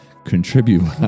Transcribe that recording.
Contribute